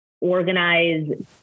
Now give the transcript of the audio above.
organize